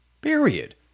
period